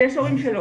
ויש הורים שלא.